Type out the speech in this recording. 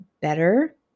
better